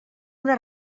una